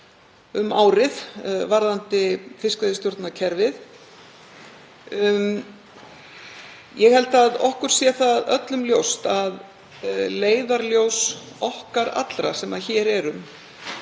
um árið varðandi fiskveiðistjórnarkerfið. Ég held að okkur sé öllum ljóst að leiðarljós okkar allra sem hér erum,